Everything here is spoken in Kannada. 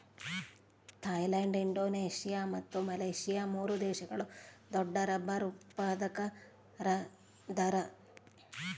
ಥೈಲ್ಯಾಂಡ್ ಇಂಡೋನೇಷಿಯಾ ಮತ್ತು ಮಲೇಷ್ಯಾ ಮೂರು ದೇಶಗಳು ದೊಡ್ಡರಬ್ಬರ್ ಉತ್ಪಾದಕರದಾರ